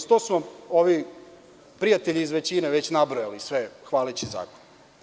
To su vam ovi prijatelji iz većine već nabrojali hvaleći zakon.